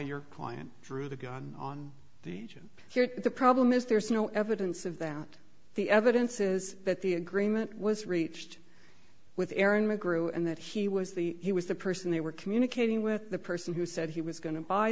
your client drew the gun on the agent here's the problem is there's no evidence of that the evidence is that the agreement was reached with aaron mcgruder and that he was the he was the person they were communicating with the person who said he was going to buy